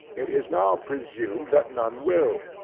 it is now presumed that none will,